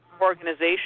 organization